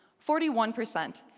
forty one per cent.